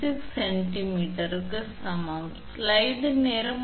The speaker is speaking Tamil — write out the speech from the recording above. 96 சென்டிமீட்டருக்கு சமம்